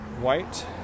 white